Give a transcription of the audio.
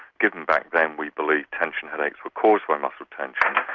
given back then we believed tension headaches were caused by muscle tension.